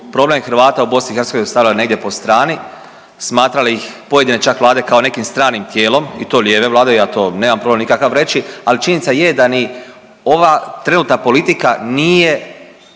problem Hrvata u Bosni i Hercegovini stavile negdje po strani, smatrali ih pojedine čak vlade kao nekim stranim tijelom i to lijeve vlade. Ja to nemam problem nikakav reći. Ali činjenica je da ni ova trenutna politika nije